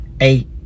eight